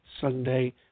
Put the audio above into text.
sunday